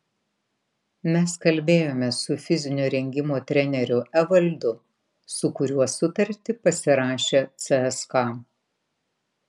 mes kalbėjome su fizinio rengimo treneriu evaldu su kuriuo sutartį pasirašė cska